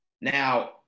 Now